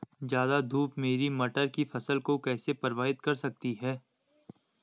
ज़्यादा धूप मेरी मटर की फसल को कैसे प्रभावित कर सकती है?